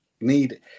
need